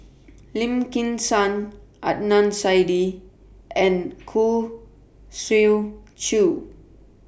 Lim Kim San Adnan Saidi and Khoo Swee Chiow